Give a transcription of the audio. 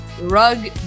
Rug